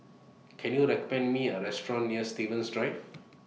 Can YOU recommend Me A Restaurant near Stevens Drive